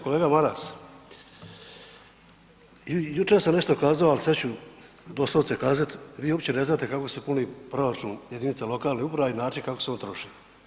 Kolega Maras, jučer sam nešto kazao, ali sad ću doslovce kazat vi uopće ne znate kako se puni proračun jedinica lokalne uprave i način kako se on troši.